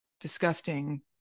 disgusting